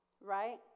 right